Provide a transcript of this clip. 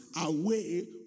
away